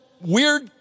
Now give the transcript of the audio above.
weird